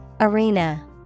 Arena